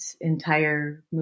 entire